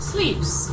Sleeps